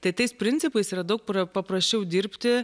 tai tais principais yra daug paprasčiau dirbti